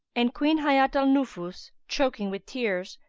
and queen hayat al-nufus, choking with tears,